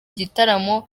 gitaramo